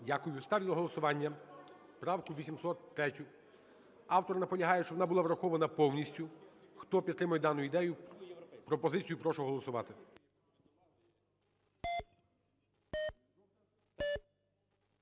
Дякую. Ставлю на голосування правку 803. Автор наполягає, щоб вона була врахована повністю. Хто підтримує дану ідею, пропозицію, прошу голосувати.